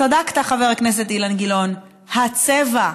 צדקת, חבר הכנסת אילן גילאון, הצבע.